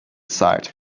sighed